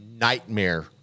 nightmare